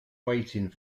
waiting